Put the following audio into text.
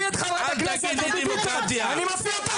להוציא את חברת הכנסת דבי ביטון, אני מוציא אותך.